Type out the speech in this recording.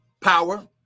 power